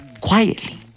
quietly